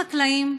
החקלאים,